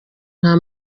nta